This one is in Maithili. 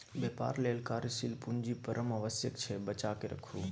बेपार लेल कार्यशील पूंजी परम आवश्यक छै बचाकेँ राखू